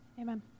Amen